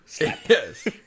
yes